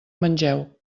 mengeu